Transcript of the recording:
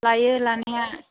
लायो लानाया